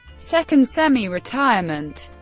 second semi-retirement